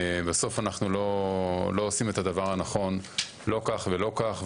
בסוף אנחנו לא עושים את הדבר הנכון, לא כך ולא כך.